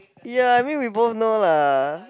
ya I mean we both know lah